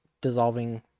dissolving